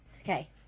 Okay